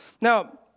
Now